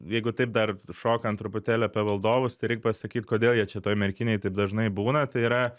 jeigu taip dar šokant truputėlį apie valdovus tai reik pasakyt kodėl jie čia toj merkinėj taip dažnai būna tai yra